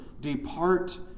depart